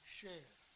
share